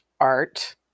art